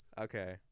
Okay